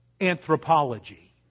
anthropology